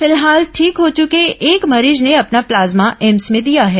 फिलहाल ठीक हो चुंके एक मरीज ने अपना प्लाज्मा एम्स में दिया है